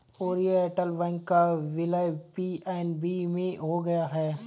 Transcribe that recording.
Oriental bank का विलय PNB में हो गया है